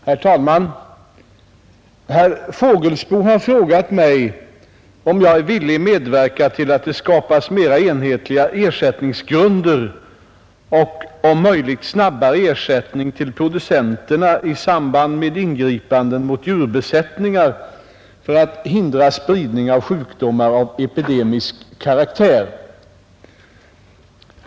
Herr talman! Herr Fågelsbo har frågat mig om jag är villig medverka till att det skapas mera enhetliga ersättningsgrunder och om möjligt snabbare ersättning till producenterna i samband med ingripanden mot djurbesättningar för att hindra spridning av sjukdomar av epidemisk karaktär.